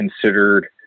considered